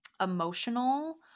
emotional